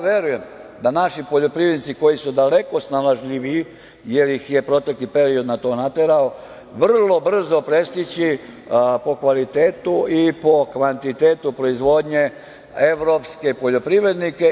Verujem da naši poljoprivrednici koji su daleko snalažljiviji, jer ih je protekli period na to naterao, vrlo brzo prestići po kvalitetu i kvantitetu proizvodnje evropske poljoprivrednike.